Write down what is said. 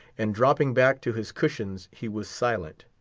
and dropping back to his cushions he was silent.